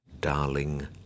Darling